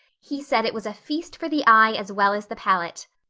he said it was a feast for the eye as well as the palate.